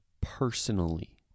personally